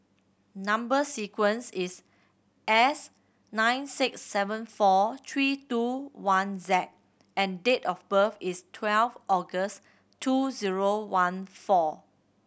number sequence is S nine six seven four three two one Z and date of birth is twelfth August two zero one four